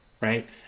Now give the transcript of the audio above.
Right